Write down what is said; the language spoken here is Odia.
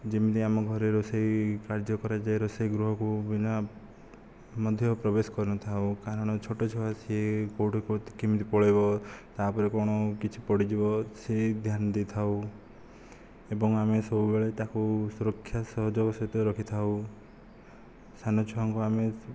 ଯେମିତି ଆମ ଘରେ ରୋଷେଇ କାର୍ଯ୍ୟ କରାଯାଏ ରୋଷେଇ ଗୃହକୁ ବିନା ମଧ୍ୟ ପ୍ରବେଶ କରିନଥାଉ କାରଣ ଛୋଟ ଛୁଆ ସିଏ କେଉଁଠି କେମିତି ପଳେଇବ ତା'ଉପରେ କ'ଣ କିଛି ପଡ଼ିଯିବ ସେହି ଧ୍ୟାନ ଦେଇଥାଉ ଏବଂ ଆମେ ସବୁବେଳେ ତାକୁ ସୁରକ୍ଷା ସହଯୋଗ ସେଥିରେ ରଖିଥାଉ ସାନ ଛୁଆଙ୍କୁ ଆମେ